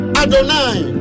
adonai